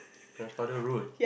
my father rule